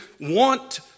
want